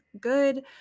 good